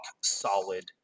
solid